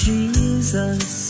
Jesus